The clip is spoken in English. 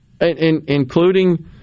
including